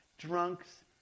drunks